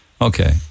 okay